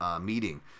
meeting